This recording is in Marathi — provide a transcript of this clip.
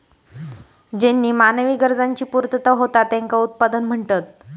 ज्येनीं मानवी गरजांची पूर्तता होता त्येंका उत्पादन म्हणतत